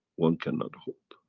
one cannot hope.